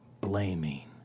blaming